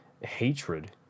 hatred